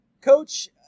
Coach